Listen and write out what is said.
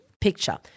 picture